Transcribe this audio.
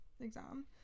exam